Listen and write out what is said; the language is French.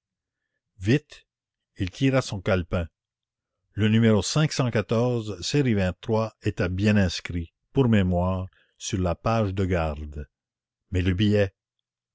vite il tira son calepin le numéro série était bien inscrit pour mémoire sur la page de garde mais le billet